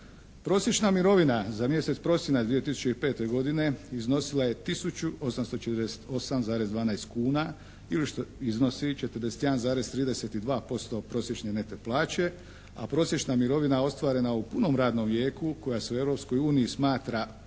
Prosječna mirovina za mjesec prosinac 2005. godine iznosila je 1848,12 kuna ili iznosi 41,32% prosječne neto plaće, a prosječna mirovina ostvarena u punom radnom vijeku koja se u Europskoj